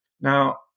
Now